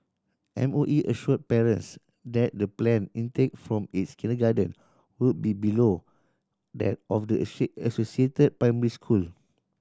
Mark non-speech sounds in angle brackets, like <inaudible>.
M O E assured parents that the planned intake from its kindergarten will be below that of the <unintelligible> associated primary school